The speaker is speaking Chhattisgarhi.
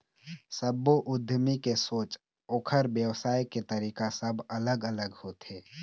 सब्बो उद्यमी के सोच, ओखर बेवसाय के तरीका सब अलग अलग होथे